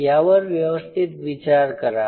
यावर व्यवस्थित विचार करा